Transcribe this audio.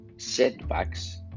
setbacks